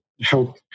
help